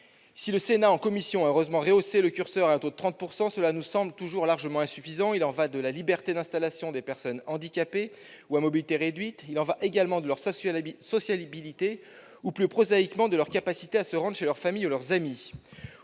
Si le Sénat a heureusement rehaussé le seuil en commission en le fixant à 30 %, ce taux nous semble toujours largement insuffisant. Il y va de la liberté d'installation des personnes handicapées ou à mobilité réduite. Il y va également de leur sociabilité ou, plus prosaïquement, de leur capacité à se rendre dans leur famille ou chez leurs amis.